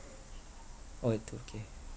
orh eight two K